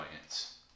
audience